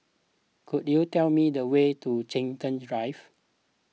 could you tell me the way to Chiltern Drive